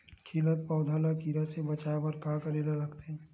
खिलत पौधा ल कीरा से बचाय बर का करेला लगथे?